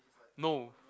no